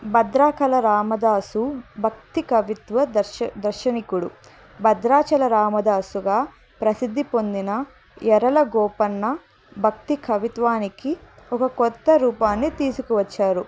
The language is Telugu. భద్రాకళరామదాసు భక్తి కవిత్వ దర్శనికుడు భద్రాచల రామదాసుగా ప్రసిద్ధి పొందిన ఎర్రల గోపన్న భక్తి కవిత్వానికి ఒక కొత్త రూపాన్ని తీసుకువచ్చారు